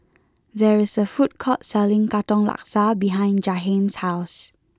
there is a food court selling Katong Laksa behind Jahiem's house